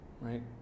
right